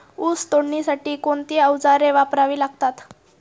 ऊस तोडणीसाठी कोणती अवजारे वापरावी लागतात?